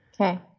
Okay